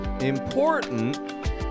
important